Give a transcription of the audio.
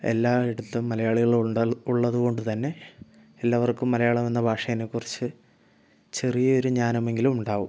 എല്ലായിടത്തും മലയാളികൾ ഉണ്ട് ഉള്ളത് കൊണ്ട് തന്നെ എല്ലാവർക്കും മലയാളം എന്ന ഭാഷേനെക്കുറിച്ച് ചെറിയൊരു ജ്ഞാനമെങ്കിലും ഉണ്ടാവും